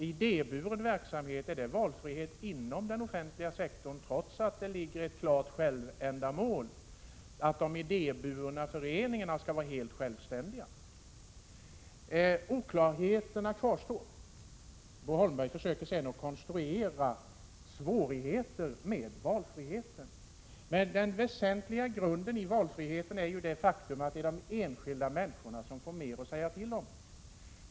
Är idéburen verksamhet exempel på valfrihet inom den offentliga sektorn, trots att det finns ett klart självändamål i talet om att de idéburna föreningarna skall vara helt självständiga? Oklarheterna kvarstår. Bo Holmberg försöker sedan konstruera svårigheter i fråga om valfriheten. Men det väsentliga när det gäller valfriheten är ju det faktum att enskilda människor får mer att säga till om.